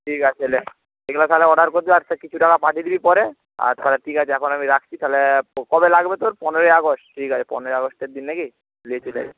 ঠিক আছে নে এগুলো তাহলে অর্ডার করে দিয়ে আর কিছু টাকা পাঠিয়ে দিবি পরে আর তাহলে ঠিক আছে এখন আমি রাখছি তাহলে কবে লাগবে তোর পনেরোই আগস্ট ঠিক আছে পনেরোই আগস্টের দিন নাকি নিয়ে চলে যাবি